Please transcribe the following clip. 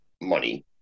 money